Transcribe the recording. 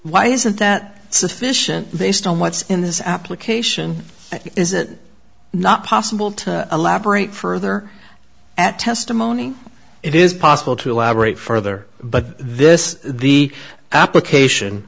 that sufficient based on what's in this application is it not possible to elaborate further at testimony it is possible to elaborate further but this the application